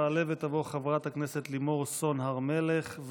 תעלה ותבוא חברת הכנסת לימור סון הר מלך,